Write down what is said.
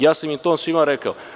Ja sam im to svima rekao.